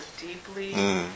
deeply